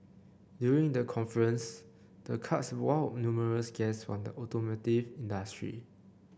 during the conference the karts wowed numerous guests from the automotive industry